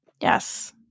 yes